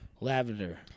Lavender